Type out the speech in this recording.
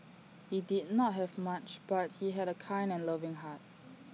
he did not have much but he had A kind and loving heart